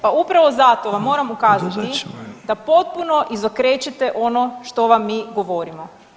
Pa upravo zato vam moram ukazati da potpuno izokrećete ono što vam mi govorimo.